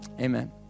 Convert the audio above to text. Amen